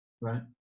Right